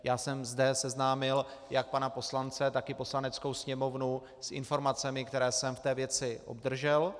Já jsem zde seznámil jak pana poslance, tak i Poslaneckou sněmovnu s informacemi, které jsem v té věci obdržel.